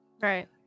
Right